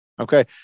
Okay